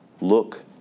look